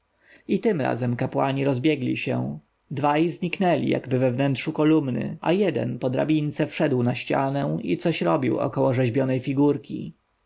i tym razem kapłani rozbiegli się dwaj znikli jakby we wnętrzu kolumn a jeden po drabince wszedł na ścianę i coś robił około rzeźbionej figurki